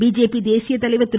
BJP தேசிய தலைவர் திரு